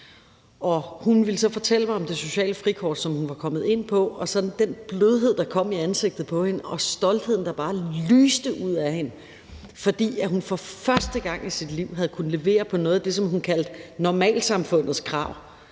Hun ville fortælle mig om det sociale frikort, som hun var kommet ind på, og jeg kommer aldrig til at glemme den blødhed, der kom i hendes ansigt, og stoltheden, der bare lyste ud af hende, fordi hun for første gang i sit liv havde kunnet levere på noget af det, som hun kaldte normalsamfundets krav.